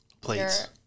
Plates